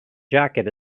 jacket